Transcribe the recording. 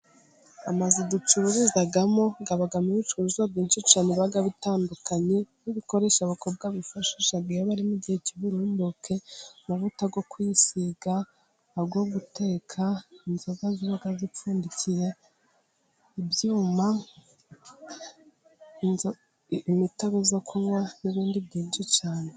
Amazu ducururizamo abamo ibicuruzwa byinshi cyane biba bitandukanye, nk'ibikoresho abakobwa bifashisha igihe bari mu gihe cy'uburumbuke, amavuta yo kwisiga, ayo guteka, inzoga ziba zipfundikiye, ibyuma, imitobe yo kunywa n'ibindi byinshi cyane.